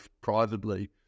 privately